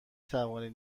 توانید